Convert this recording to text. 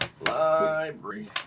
Library